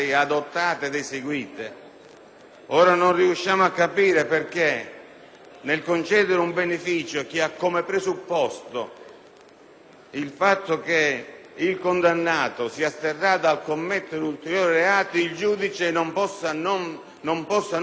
non riusciamo a capire perché, nel concedere un beneficio che ha come presupposto il fatto che il condannato si asterrà dal commettere ulteriori reati, il giudice non possa valutare anche questo elemento,